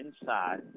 inside